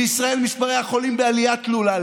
בישראל מספרי החולים בעלייה תלולה.